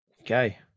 Okay